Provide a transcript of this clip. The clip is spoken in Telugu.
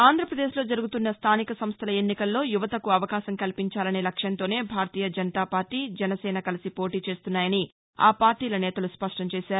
ఆంధ్రప్రదేశ్లో జరుగుతున్న స్లానిక సంస్థల ఎన్నికల్లో యువతకు అవకాశం కల్పించాలనే లక్ష్యంతోనే భారతీయ జనతాపార్లీ జనసేన కలిసి పోటీ చేస్తున్నాయని ఆ పార్లీల నేతలు స్పష్టం చేశారు